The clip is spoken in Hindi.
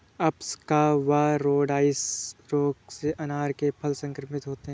अप्सकवाइरोइड्स रोग से अनार के फल संक्रमित होते हैं